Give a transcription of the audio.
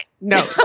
no